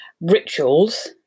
rituals